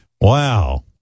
Wow